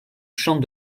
champ